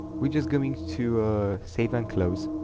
we're just going to save and close